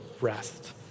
rest